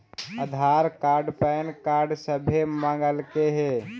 आधार card PAN card सभे मगलके हे?